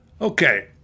Okay